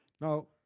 Now